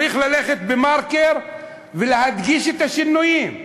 צריך ללכת עם מרקר ולהדגיש את השינויים,